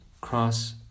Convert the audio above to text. cross